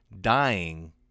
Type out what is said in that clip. dying